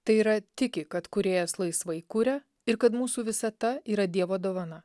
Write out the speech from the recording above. tai yra tiki kad kūrėjas laisvai kuria ir kad mūsų visata yra dievo dovana